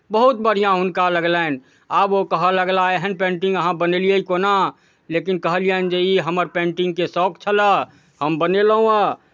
बहुत बढ़िआँ हुनका लगलनि आब ओ कहय लगलाह एहन पेन्टिंग अहाँ बनेलियै कोना लेकिन कहलियनि जे ई हमर पेन्टिंगके शौक छलय हम बनेलहुँ हेँ